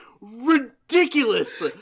Ridiculous